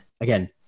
again